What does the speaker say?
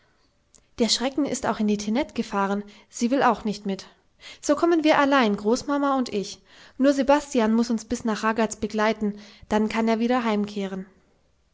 der schrecken ist auch in die tinette gefahren sie will auch nicht mit so kommen wir allein großmama und ich nur sebastian muß uns bis nach ragaz begleiten dann kann er wieder heimkehren